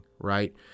Right